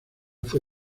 fue